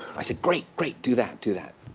i said, great. great. do that. do that.